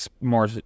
more